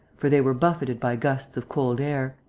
for they were buffeted by gusts of cold air.